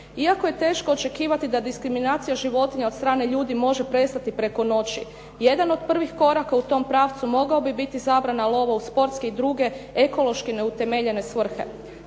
Iako je teško očekivati da diskriminacija života od strane ljudi može prestati preko noći, jedan od prvih koraka u tom pravcu mogao bi biti zabrana lova u sportske i druge ekološki neutemeljene svrhe.